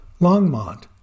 Longmont